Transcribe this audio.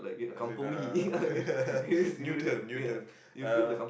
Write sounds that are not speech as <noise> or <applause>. as in uh <laughs> new term new term uh